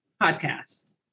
podcast